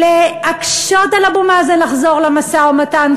להקשות על אבו מאזן לחזור למשא-ומתן,